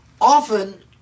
often